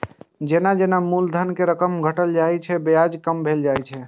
जेना जेना मूलधन के रकम घटल जाइ छै, ब्याज कम भेल जाइ छै